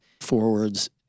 forwards